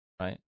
right